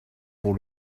pour